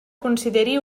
consideri